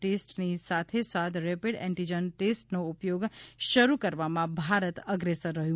ટેસ્ટની સાથોસાથ rapid antigen ટેસ્ટનો ઉપયોગ શરૂ કરવામાં ભારત અગ્રેસર રહ્યું